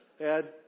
Ed